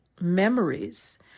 memories